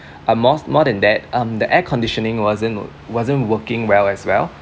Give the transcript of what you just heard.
uh more more than that um the air conditioning wasn't wasn't working well as well